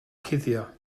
cuddio